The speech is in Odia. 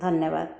ଧନ୍ୟବାଦ